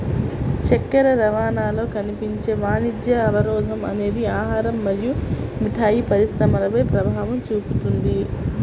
చక్కెర రవాణాలో కనిపించే వాణిజ్య అవరోధం అనేది ఆహారం మరియు మిఠాయి పరిశ్రమపై ప్రభావం చూపుతుంది